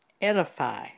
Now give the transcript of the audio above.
Edify